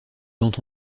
dont